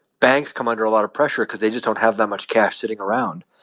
banks come under a lot of pressure cause they just don't have that much cash sitting around,